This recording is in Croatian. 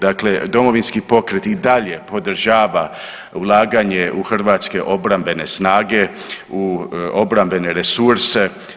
Dakle, Domovinski pokret i dalje podržava ulaganje u hrvatske obrambene snage, u obrambene resurse.